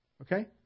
Okay